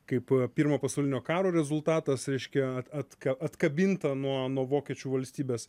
kaip pirmo pasaulinio karo rezultatas reiškia atka atkabinta nuo nuo vokiečių valstybės